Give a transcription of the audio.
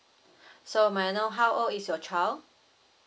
so may I know how old is your child